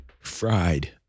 fried